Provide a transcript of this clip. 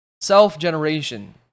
self-generation